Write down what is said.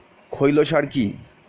খৈল সার কি?